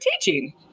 teaching